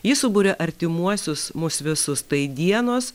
ji suburia artimuosius mus visus tai dienos